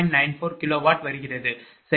94 kW வருகிறது சரி